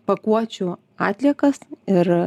pakuočių atliekas ir